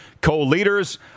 co-leaders